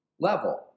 level